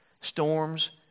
Storms